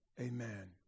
amen